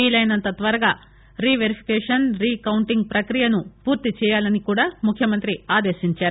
వీలైనంత త్వరగా reverification recounting ప్రక్రియ పూర్తి చేయాలని కూడా ముఖ్యమంత్రి ఆదేశించారు